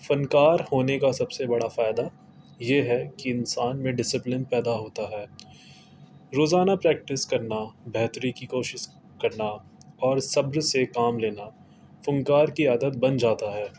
فنکار ہونے کا سب سے بڑا فائدہ یہ ہے کہ انسان میں ڈسپلن پیدا ہوتا ہے روزانہ پریکٹس کرنا بہتری کی کوشش کرنا اور صبر سے کام لینا فنکار کی عادت بن جاتا ہے